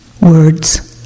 words